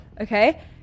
Okay